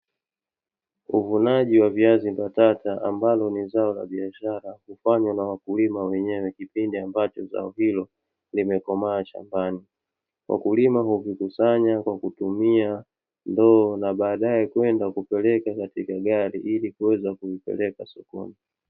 Uvunaji wa viazi mbatata, ambalo ni zao la biashara hufanywa na wakulima wenyewe kipindi ambacho zao hilo limekomaa shambani. Wakulima huvikusanya kwa kutumia ndoo na baadae kwenda kupeleka katika gari ili kuweza kuvipeleka sokoni.